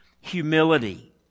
humility